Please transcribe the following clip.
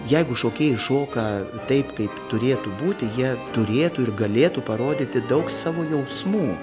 jeigu šokėjai šoka taip kaip turėtų būti jie turėtų ir galėtų parodyti daug savo jausmų